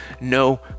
no